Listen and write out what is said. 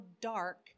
dark